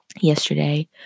Yesterday